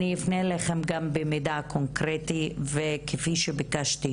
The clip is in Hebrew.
אני אפנה אליכן גם במידע קונקרטי, וכפי שביקשתי,